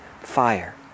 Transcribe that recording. fire